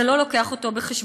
זה לא מביא אותו בחשבון.